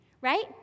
Right